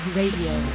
Radio